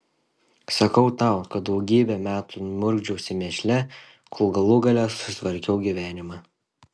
sakau tau kad daugybę metų murkdžiausi mėšle kol galų gale susitvarkiau gyvenimą